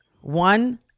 one